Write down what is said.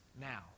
now